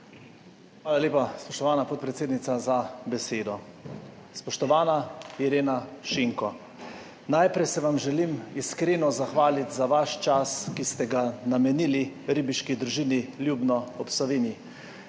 Hvala lepa, spoštovana podpredsednica, za besedo. Spoštovana Irena Šinko, najprej se vam želim iskreno zahvaliti za vaš čas, ki ste ga namenili Ribiški družini Ljubno ob Savinji,